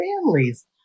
families